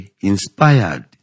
inspired